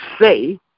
say